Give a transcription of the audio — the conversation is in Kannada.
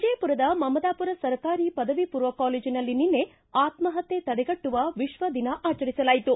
ವಿಜಯಪುರದ ಮಮದಾಪುರ ಸರ್ಕಾರಿ ಪದವಿಪೂರ್ವ ಕಾಲೇಜ್ನಲ್ಲಿ ನಿನ್ನೆ ಆತ್ಮಹತ್ತೆ ತಡೆಗಟ್ಟುವ ವಿಶ್ವ ದಿನ ಆಚರಿಸಲಾಯಿತು